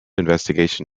investigation